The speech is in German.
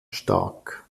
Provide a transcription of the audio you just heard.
stark